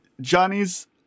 Johnny's